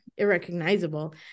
irrecognizable